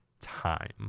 time